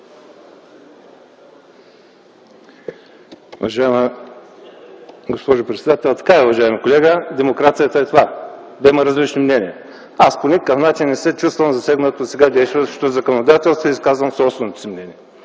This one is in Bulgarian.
Уважаема госпожо председател! Така е, уважаеми колеги, демокрацията е това – да има различни мнения. Аз по никакъв начин не се чувствам засегнат по сега действащото законодателство и изказвам собственото си мнение.